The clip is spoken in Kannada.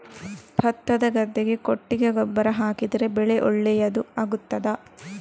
ಭತ್ತದ ಗದ್ದೆಗೆ ಕೊಟ್ಟಿಗೆ ಗೊಬ್ಬರ ಹಾಕಿದರೆ ಬೆಳೆ ಒಳ್ಳೆಯದು ಆಗುತ್ತದಾ?